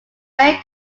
may